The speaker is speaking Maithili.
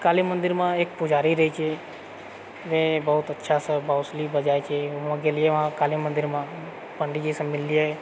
काली मन्दिरमे एक पुजारी रहै छै जे बहुत अच्छासँ बाँसुली बजाबै छै वहाँ गेलियै वहाँ काली मन्दिरमे पंडीजीसँ मिललिऐ